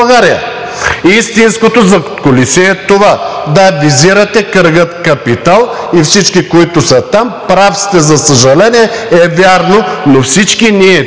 Истинското задкулисие е това. Да, визирате кръга „Капитал“ и всички, които са там. Прав сте! За съжаление е вярно, но всички ние тук